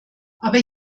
aber